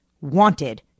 wanted